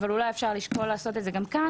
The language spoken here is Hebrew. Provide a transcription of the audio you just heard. אבל אולי אפשר לשקול לעשות את זה גם כאן